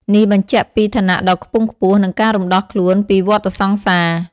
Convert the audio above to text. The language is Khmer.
នេះបញ្ជាក់ពី ឋានៈដ៏ខ្ពង់ខ្ពស់ និងការរំដោះខ្លួន ពីវដ្តសង្សារ។